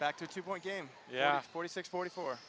back to two point game yeah forty six forty four